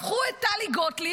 הפכו את טלי גוטליב,